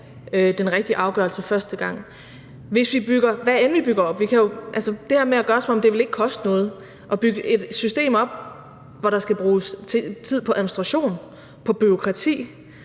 den rigtige afgørelse første gang. Altså, det her med at gøre, som om det ikke ville koste noget at bygge et system op, hvor der skal bruges tid på administration, på bureaukrati,